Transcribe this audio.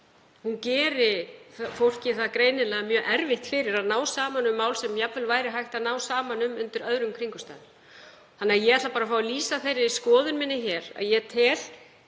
geri fólki mjög erfitt fyrir að ná saman um mál sem jafnvel væri hægt að ná saman um undir öðrum kringumstæðum. Þannig að ég ætla bara að fá að lýsa þeirri skoðun minni að ég tel,